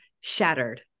shattered